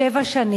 לפני כשבע שנים,